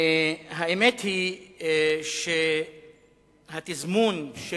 האמת היא שהתזמון של